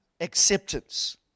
acceptance